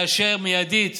לאשר מיידית